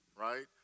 right